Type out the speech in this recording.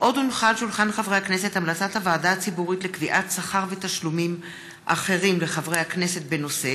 הצעת חוק תקצוב מיוחד לרשויות חינוך מקומיות מרוחקות,